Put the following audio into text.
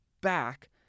back